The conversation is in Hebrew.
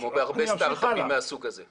כמו בהרבה סטרט-אפים מהסוג הזה.